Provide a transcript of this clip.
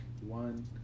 one